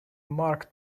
marked